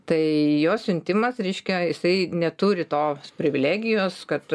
tai jos siuntimas reiškia jisai neturi tos privilegijos kad